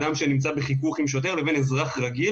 אדם שנמצא בחיכוך עם שוטר לבין אזרח רגיל,